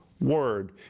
word